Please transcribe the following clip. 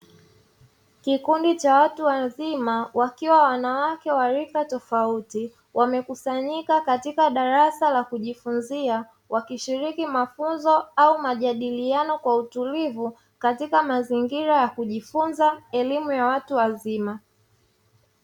Kikundi cha watu wazima wakiwa wanawake wa rika tofauti, wamekusanyika katika darasa la kujifunzia. Wakishiriki mafunzo au majadiliano kwa utulivu katika mazingira ya kujifunza elimu ya watu wazima.